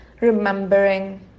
remembering